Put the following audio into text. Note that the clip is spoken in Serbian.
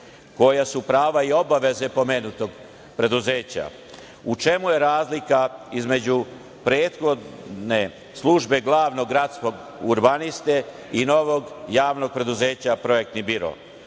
Koja su prava i obaveze pomenutog preduzeća? U čemu je razlika između prethodne službe glavnog gradskog urbaniste i novog JP "Projektni biro"?